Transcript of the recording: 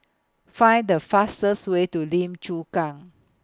Find The fastest Way to Lim Chu Kang